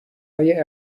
های